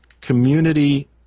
community